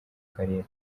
karere